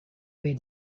with